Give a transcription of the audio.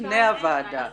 לפני הוועדה.